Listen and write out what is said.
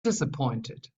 disappointed